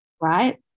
right